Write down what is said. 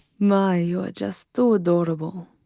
my, you are just too adorable.